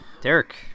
Derek